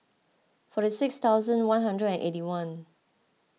forty six thousand one hundred and eighty one